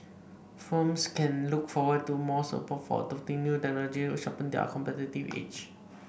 firms can look forward to more support for adopting new technologies to sharpen their competitive edge